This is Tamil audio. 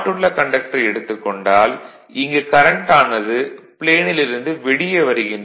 உள்ள கண்டக்டரை எடுத்துக் கொண்டால் இங்கு கரண்ட் ஆனது ப்ளேனில் இருந்து வெளியே வருகின்றது